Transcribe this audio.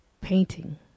painting